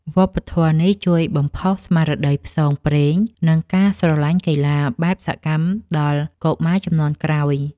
វប្បធម៌នេះជួយបំផុសស្មារតីផ្សងព្រេង និងការស្រឡាញ់កីឡាបែបសកម្មដល់កុមារជំនាន់ក្រោយ។